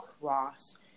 cross